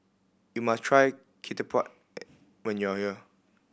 you must try ketupat when you are here